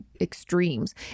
extremes